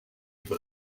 but